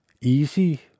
easy